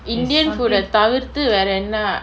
indian food ah தவிர்த்து வேர என்னா:thavirthu vera ennaa